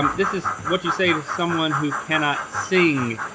um this is what you say to someone who cannot sing.